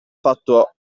fatto